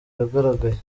yagaragaye